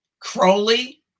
Crowley